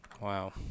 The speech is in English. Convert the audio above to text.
Wow